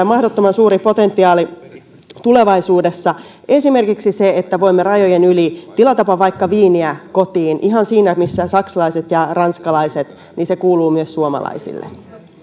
mahdottoman suuri potentiaali tulevaisuudessa esimerkiksi se että voimme rajojen yli tilata vaikkapa viiniä kotiin ihan siinä missä se kuuluu saksalaisille ja ranskalaisille se kuuluu myös suomalaisille